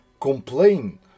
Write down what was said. complain